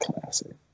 Classic